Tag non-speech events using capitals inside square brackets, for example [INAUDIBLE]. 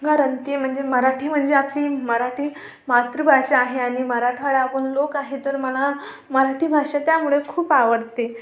कारण ते म्हणजे मराठी म्हणजे आपली मराठी मातृभाषा आहे आणि मराठा [UNINTELLIGIBLE] आपण लोक आहे तर मला मराठी भाषा त्यामुळे खूप आवडते